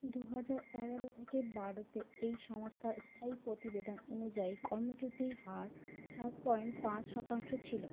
দু হাজার এগারো থেকে বারোতে এই সংস্থার স্থায়ী প্রতিবেদন অনুযায়ী কর্মচ্যুতির হার সাত পয়েন্ট পাঁচ শতাংশ ছিলো